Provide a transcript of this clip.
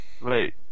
wait